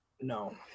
no